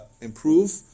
improve